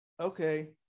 Okay